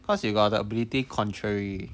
cause you got the ability contrary